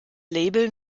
label